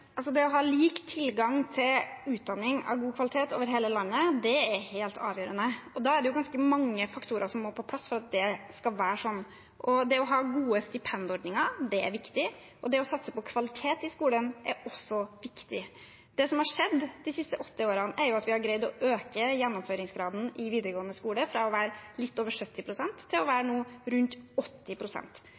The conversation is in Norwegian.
Det å ha lik tilgang til utdanning av god kvalitet over hele landet er helt avgjørende, og det er ganske mange faktorer som må på plass for at det skal være sånn. Det å ha gode stipendordninger er viktig, og det å satse på kvalitet i skolen er også viktig. Det som har skjedd de siste åtte årene, er at vi har greid å øke gjennomføringsgraden i videregående skole fra å være litt over 70 pst. til nå å være rundt